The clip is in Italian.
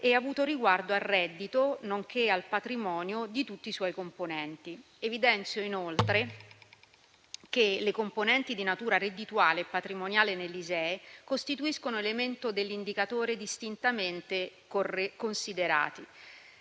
e ha riguardo al reddito, nonché al patrimonio di tutti i suoi componenti. Evidenzio inoltre che le componenti di natura reddituale e patrimoniale nell'ISEE costituiscono elementi dell'indicatore distintamente considerati.